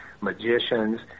magicians